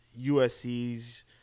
USC's